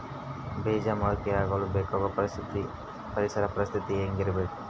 ಬೇಜ ಮೊಳಕೆಯಾಗಲು ಬೇಕಾಗುವ ಪರಿಸರ ಪರಿಸ್ಥಿತಿ ಹೇಗಿರಬೇಕು?